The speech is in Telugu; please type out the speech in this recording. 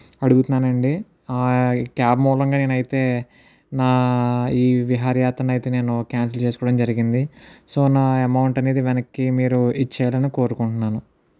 అడుగుతున్నానండి ఈ క్యాబ్ మూలంగా నేనైతే నా ఈ విహారయాత్రనైతే నేను క్యాన్సిల్ చేసుకోవడం జరిగింది సో నా అమౌంట్ అనేది వెనక్కి మీరు ఇచ్చేయాలని కోరుకుంటున్నాను